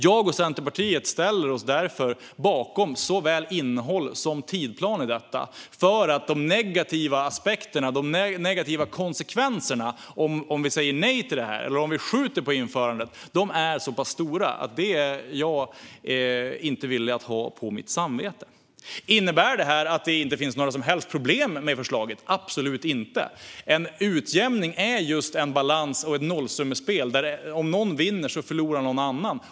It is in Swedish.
Jag och Centerpartiet ställer oss därför bakom såväl innehåll som tidsplan, för de negativa konsekvenserna om vi säger nej till eller skjuter på införandet är så pass stora att jag inte är villig att ha dem på mitt samvete. Innebär det här att det inte finns några som helst problem med förslaget? Absolut inte. En utjämning är just en balans och ett nollsummespel; om någon vinner förlorar någon annan.